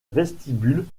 vestibule